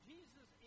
Jesus